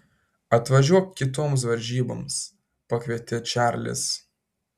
atvažiuok kitoms varžyboms pakvietė čarlis